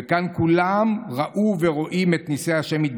וכאן כולם ראו ורואים את ניסי ה' יתברך,